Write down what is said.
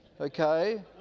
okay